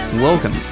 Welcome